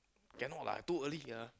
cannot lah too early ah